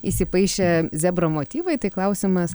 įsipaišė zebro motyvai tai klausimas